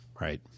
Right